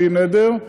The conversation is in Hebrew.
בלי נדר,